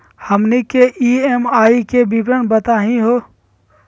हमनी के ई.एम.आई के विवरण बताही हो?